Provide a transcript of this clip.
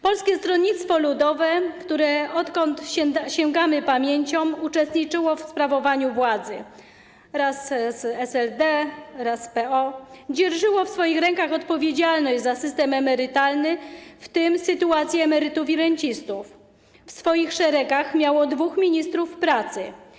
Polskie Stronnictwo Ludowe, które, odkąd sięgamy pamięcią, uczestniczyło w sprawowaniu władzy, raz z SLD, raz z PO, dzierżyło w swoich rękach odpowiedzialność za system emerytalny, w tym za sytuację emerytów i rencistów, w swoich szeregach miało dwóch ministrów pracy.